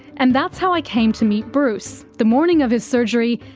and that's how i came to meet bruce, the morning of his surgery,